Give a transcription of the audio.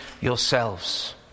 yourselves